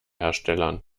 herstellern